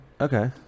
Okay